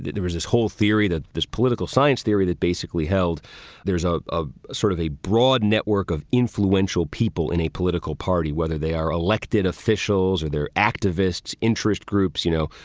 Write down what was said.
there was this whole theory that this political science theory that basically held there's ah a sort of a broad network of influential people in a political party, whether they are elected officials or their activists, interest groups, you know,